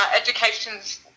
Educations